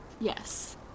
yes